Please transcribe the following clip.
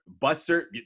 Buster